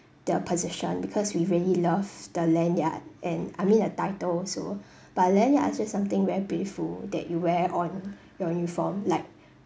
the position because we really love the lanyard and I mean a title also but a lanyard also is something very beautiful that you wear on your uniform like